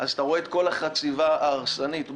- אז אתה רואה את כל החציבה ההרסנית בהרים,